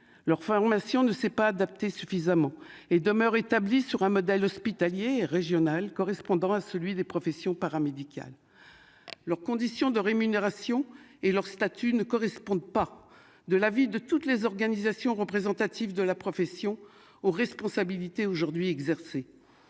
leur formation ne s'est pas adapté suffisamment et demeure établi sur un modèle hospitalier régional correspondant à celui des professions paramédicales. Leurs conditions de rémunération et leur statut ne correspondent pas, de l'avis de toutes les organisations représentatives de la profession aux responsabilités aujourd'hui exercer,